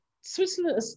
Switzerland